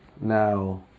Now